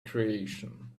creation